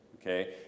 Okay